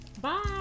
Bye